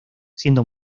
siendo